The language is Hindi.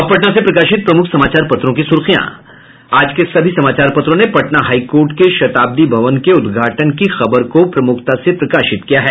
अब पटना से प्रकाशित प्रमुख समाचार पत्रों की सुर्खियां आज के सभी समाचार पत्रों ने पटना हाई कोर्ट के शताब्दी भवन के उद्घाटन की खबर को प्रमुखता से प्रकाशित किया है